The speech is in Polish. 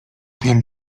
powiem